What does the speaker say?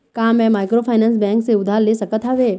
का मैं microfinance bank से उधार ले सकत हावे?